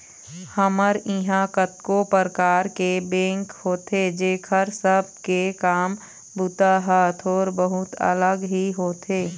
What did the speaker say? हमर इहाँ कतको परकार के बेंक होथे जेखर सब के काम बूता ह थोर बहुत अलग ही होथे